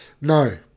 No